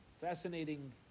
Fascinating